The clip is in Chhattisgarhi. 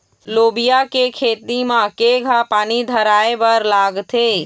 लोबिया के खेती म केघा पानी धराएबर लागथे?